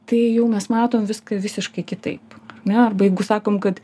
tai jau mes matom viską visiškai kitaip ne arba jeigu sakom kad